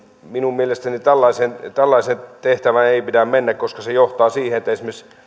minun mielestäni tällaiseen tällaiseen tehtävään ei pidä mennä koska se johtaa siihen että esimerkiksi